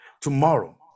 tomorrow